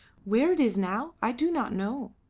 where it is now i do not know.